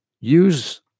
Use